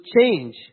change